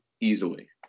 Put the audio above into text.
easily